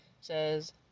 says